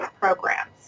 programs